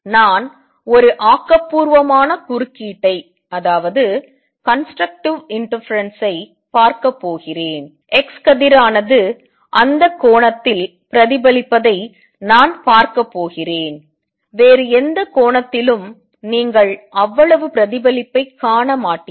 நான் ஒரு ஆக்கபூர்வமான குறுக்கீட்டைப் பார்க்கப் போகிறேன் x கதிரானது அந்த கோணத்தில் பிரதிபலிப்பதை நான் பார்க்கப் போகிறேன் வேறு எந்த கோணத்திலும் நீங்கள் அவ்வளவு பிரதிபலிப்பைக் காண மாட்டீர்கள்